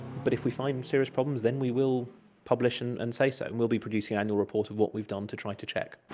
but if we find serious problems then we will publish and and say so, and we will be producing an annual report of what we've done to try to check.